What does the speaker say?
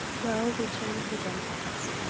lo, we turn to the gentiles.